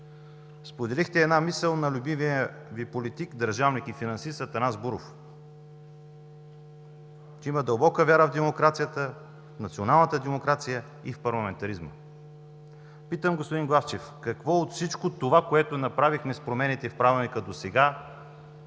Споделихте една мисъл на любимия Ви политик, държавник и финансист Атанас Буров, че има дълбока вяра в демокрацията, националната демокрация и в парламентаризма. Питам, господин Главчев: какво от всичко това, което направихме с промените в Правилника досега,